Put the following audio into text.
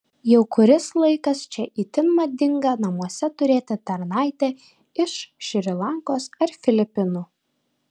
jau kuris laikas čia itin madinga namuose turėti tarnaitę iš šri lankos ar filipinų